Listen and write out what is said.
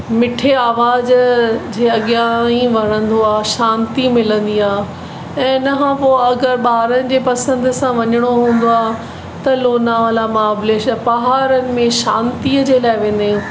मिठे आवाज़ जे अॻियां ई वणंदो आ्हे शांती मिलंदी आहे ऐं इन खां पोइ अगरि ॿारनि जे पसंदि सां वञिणो हूंदो आहे त लोनावला महाबलेश्वर पहाड़नि में शांतीअ जे लाइ वेंदा आहियूं